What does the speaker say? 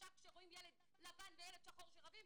ישר כשרואים ילד לבן וילד שחור שרבים,